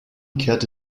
kehrte